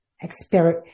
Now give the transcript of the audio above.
experience